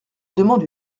demande